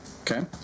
Okay